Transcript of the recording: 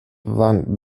van